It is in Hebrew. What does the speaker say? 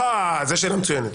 שאלה מצוינת.